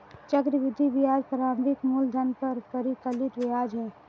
चक्रवृद्धि ब्याज प्रारंभिक मूलधन पर परिकलित ब्याज है